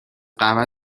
قهوه